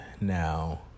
now